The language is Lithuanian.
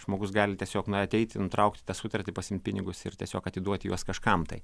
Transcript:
žmogus gali tiesiog na ateiti nutraukti tą sutartį pasiimt pinigus ir tiesiog atiduoti juos kažkam tai